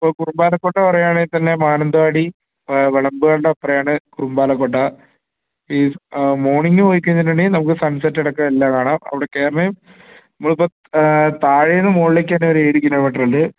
അപ്പോൾ കുറുമ്പാലക്കോട്ട പറയുകയാണേൽ തന്നെ മാനന്തവാടി വെളുമ്പുകണ്ടം അപ്പറെയാണ് കുറുംമ്പാലക്കോട്ട ഈ മോർണിങ് പോയി കഴിഞ്ഞിട്ടുണ്ടെങ്കിൽ നമുക്ക് സൺ സെറ്റടക്കം എല്ലാം കാണാം അവിടെ കയറണം നമ്മൾ ഇപ്പം താഴേന്ന് മുകളിലേക്ക് ഒരു ഏഴ് കിലോമീറ്ററുണ്ട്